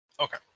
Okay